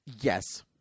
yes